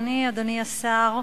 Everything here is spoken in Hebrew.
אדוני השר,